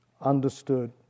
understood